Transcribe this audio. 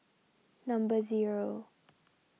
number zero